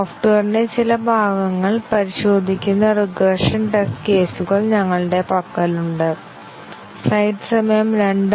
സോഫ്റ്റ്വെയറിന്റെ ചില ഭാഗങ്ങൾ പരിശോധിക്കുന്ന റിഗ്രഷൻ ടെസ്റ്റ് കേസുകൾ ഞങ്ങളുടെ പക്കലുണ്ട്